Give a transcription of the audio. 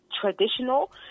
traditional